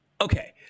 okay